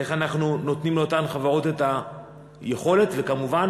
איך אנחנו נותנים לאותן חברות את היכולת וכמובן